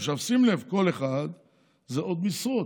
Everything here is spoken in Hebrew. עכשיו שים לב, כל אחד זה עוד משרות,